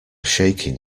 shaking